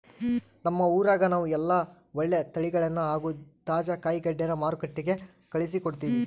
ನಮ್ಮ ಊರಗ ನಾವು ಎಲ್ಲ ಒಳ್ಳೆ ತಳಿಗಳನ್ನ ಹಾಗೂ ತಾಜಾ ಕಾಯಿಗಡ್ಡೆನ ಮಾರುಕಟ್ಟಿಗೆ ಕಳುಹಿಸಿಕೊಡ್ತಿವಿ